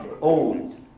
old